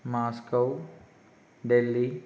Moscow Delhi